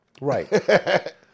Right